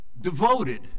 Devoted